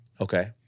Okay